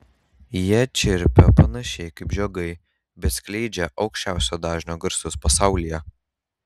jie čirpia panašiai kaip žiogai bet skleidžia aukščiausio dažnio garsus pasaulyje